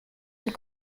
und